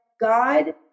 God